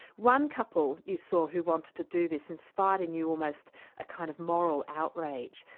one couple you saw who wanted to do this inspired in you almost a kind of moral outrage.